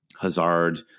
Hazard